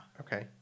Okay